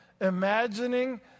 imagining